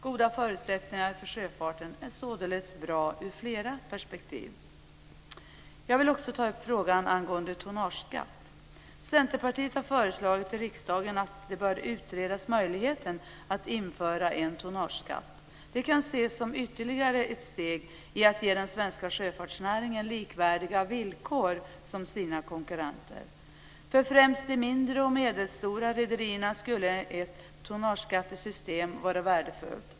Goda förutsättningar för sjöfarten är således bra ur flera perspektiv. Jag vill också ta upp frågan om tonnageskatt. Centerpartiet har föreslagit riksdagen att man bör utreda möjligheten att införa en tonnageskatt. Det kan ses som ytterligare ett steg i att ge den svenska sjöfartsnäringen likvärdiga villkor som sina konkurrenter. För främst de mindre och medelstora rederierna skulle ett tonnageskattesystem vara värdefullt.